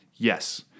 Yes